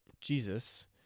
Jesus